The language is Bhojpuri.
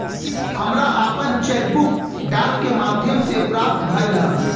हमरा आपन चेक बुक डाक के माध्यम से प्राप्त भइल ह